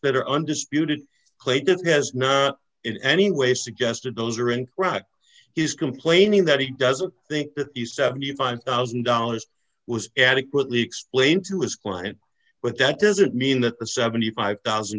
that are undisputed clayton's has not in any way suggested those are in rock he's complaining that he doesn't think that the seventy five thousand dollars was adequately explained to his client but that doesn't mean that seventy five thousand